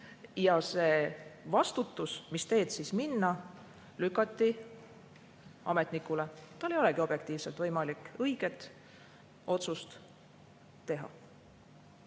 Ja see vastutus, mis teed minna, lükati ametnikule. Tal ei olegi objektiivselt võimalik õiget otsust teha.